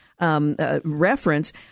reference